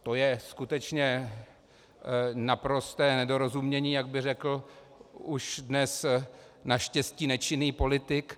To je skutečně naprosté nedorozumění, jak by řekl už dnes naštěstí nečinný politik.